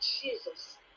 Jesus